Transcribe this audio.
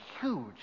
huge